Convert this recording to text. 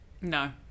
no